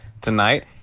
tonight